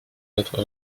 notre